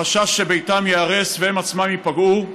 מחשש שביתם ייהרס והם עצמם ייפגעו.